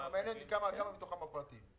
מעניין אותי כמה מתוכם פרטיים.